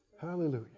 Hallelujah